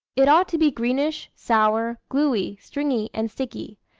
it ought to be greenish, sour, gluey, stringy, and sticky.